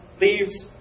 leaves